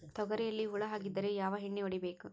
ತೊಗರಿಯಲ್ಲಿ ಹುಳ ಆಗಿದ್ದರೆ ಯಾವ ಎಣ್ಣೆ ಹೊಡಿಬೇಕು?